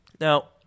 Now